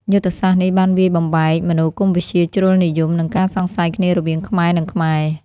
យុទ្ធសាស្ត្រនេះបានវាយបំបែកមនោគមវិជ្ជាជ្រុលនិយម និងការសង្ស័យគ្នារវាងខ្មែរ និងខ្មែរ។